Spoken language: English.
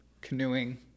canoeing